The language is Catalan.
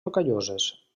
rocalloses